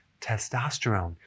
testosterone